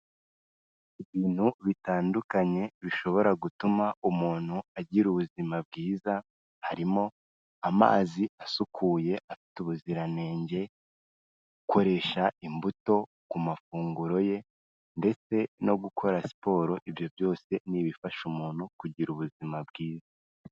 Ibintu bitandukanye bishobora gutuma umuntu agira ubuzima bwiza harimo amazi asukuye afite ubuziranenge, gukoresha imbuto ku mafunguro ye, ndetse no gukora siporo. Ibyo byose ni ibifasha umuntu kugira ubuzima bwiza.